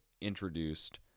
introduced